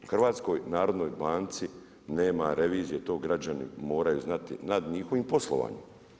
Hrvatskoj narodnoj banci nema revizije to građani moraju znati nad njihovim poslovanjem.